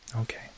okay